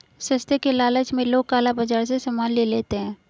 सस्ते के लालच में लोग काला बाजार से सामान ले लेते हैं